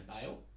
bail